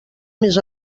més